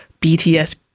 BTS